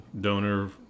donor